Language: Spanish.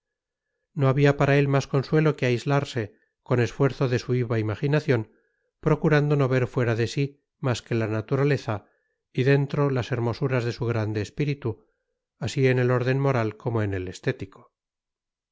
no había para él más consuelo que aislarse con esfuerzo de su viva imaginación procurando no ver fuera de sí más que la naturaleza y dentro las hermosuras de su grande espíritu así en el orden moral como en el estético las